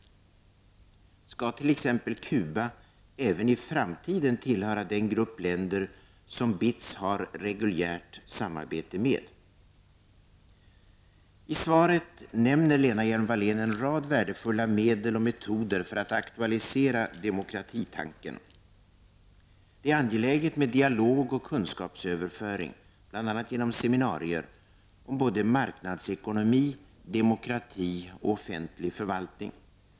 Skall t.ex. Cuba även i framtiden tillhöra den grupp länder som BITS har reguljärt samarbete med? I sitt svar nämner Lena Hjelm-Wallén en rad värdefulla medel och metoder för att aktualisera demokratitanken. Det är angeläget med dialog och kunskapsöverföring -- bl.a. genom seminarier -- om marknadsekonomi, demokrati och offentlig förvaltning.